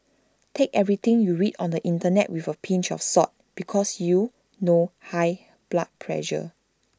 take everything you read on the Internet with A pinch of salt because you know high blood pressure